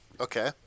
Okay